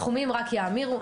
הסכומים רק יאמירו.